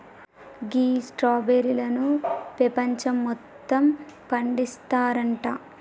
గీ స్ట్రాబెర్రీలను పెపంచం మొత్తం పండిస్తారంట